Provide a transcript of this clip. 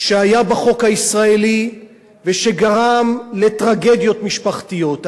שהיה בחוק הישראלי ושגרם לטרגדיות משפחתיות.